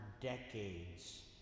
decades